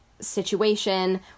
situation